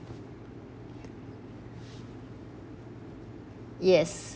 yes